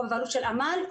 או בבעלות של עמל,